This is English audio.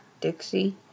Dixie